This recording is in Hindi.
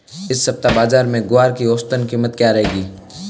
इस सप्ताह बाज़ार में ग्वार की औसतन कीमत क्या रहेगी?